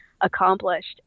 accomplished